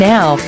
Now